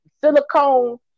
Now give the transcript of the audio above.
silicone